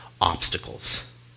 obstacles